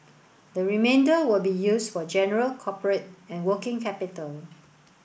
the remainder will be used for general corporate and working capital